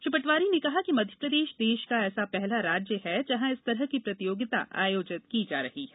श्री पटवारी ने कहा कि मध्यप्रदेश देश का ऐसा पहला राज्य है जहां इस तरह की प्रतियोगिता आयोजित की जा रही है